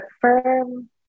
firm